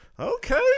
Okay